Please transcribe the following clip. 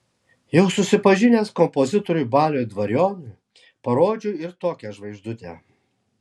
jau susipažinęs kompozitoriui baliui dvarionui parodžiau ir tokią žvaigždutę